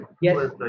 Yes